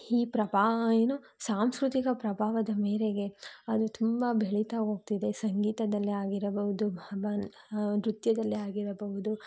ಈ ಪ್ರಭಾವ ಏನು ಸಾಂಸ್ಕೃತಿಕ ಪ್ರಭಾವದ ಮೇರೆಗೆ ಅದು ತುಂಬ ಬೆಳಿತಾ ಹೋಗ್ತಿದೆ ಸಂಗೀತದಲ್ಲಿ ಆಗಿರಬಹುದು ನೃತ್ಯದಲ್ಲಿ ಆಗಿರಬಹುದು